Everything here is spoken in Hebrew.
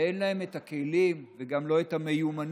ואין להם את הכלים וגם לא את המיומנות